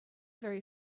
very